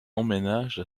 emménage